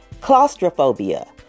claustrophobia